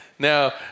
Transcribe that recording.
Now